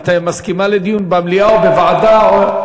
את מסכימה לדיון במליאה או בוועדה?